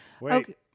wait